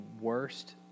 worst